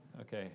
okay